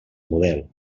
model